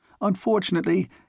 Unfortunately